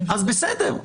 אז בסדר.